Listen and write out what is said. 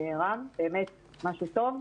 משהו טוב,